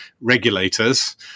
regulators